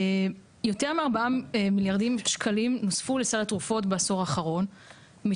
יותר מ-4 מיליארדי שקלים נוספו לסל התרופות בעשור האחרון,